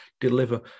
deliver